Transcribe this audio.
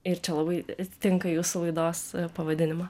ir čia labai tinka jūsų laidos pavadinimą